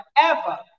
forever